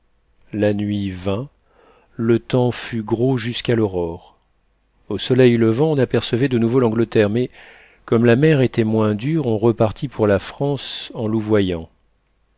la nuit vint le temps fut gros jusqu'à l'aurore au soleil levant on apercevait de nouveau l'angleterre mais comme la mer était moins dure on repartit pour la france en louvoyant